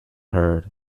heard